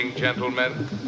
gentlemen